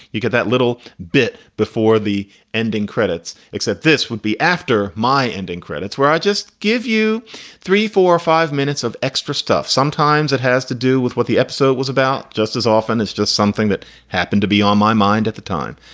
you get that little bit before the ending credits. except this would be after my ending credits where i just give you three, four or five minutes of extra stuff. sometimes it has to do with what the episode was about, just as often as just something that happened to be on my mind at the time.